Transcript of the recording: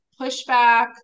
pushback